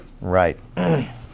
Right